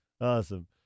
Awesome